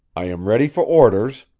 i am ready for orders,